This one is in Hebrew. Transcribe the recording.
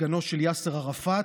סגנו של יאסר ערפאת,